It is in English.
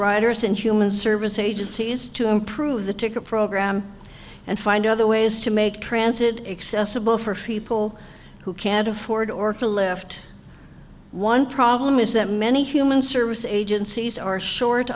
riders and human service agencies to improve the ticket program and find other ways to make transit accessible for free people who can't afford or to left one problem is that many human service agencies are short